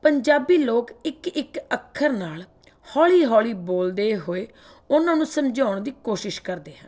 ਪੰਜਾਬੀ ਲੋਕ ਇੱਕ ਇੱਕ ਅੱਖਰ ਨਾਲ ਹੌਲੀ ਹੌਲੀ ਬੋਲਦੇ ਹੋਏ ਉਹਨਾਂ ਨੂੰ ਸਮਝਾਉਣ ਦੀ ਕੋਸ਼ਿਸ਼ ਕਰਦੇ ਹਨ